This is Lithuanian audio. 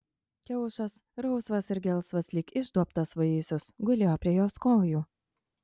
kiaušas rausvas ir gelsvas lyg išduobtas vaisius gulėjo prie jos kojų